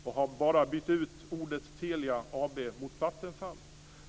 Jag har bara bytt ut ordet Telia mot Vattenfall.